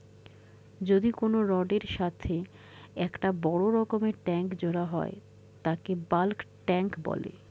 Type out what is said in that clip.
যদি কোনো রডের এর সাথে একটা বড় রকমের ট্যাংক জোড়া হয় তাকে বালক ট্যাঁক বলে